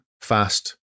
fast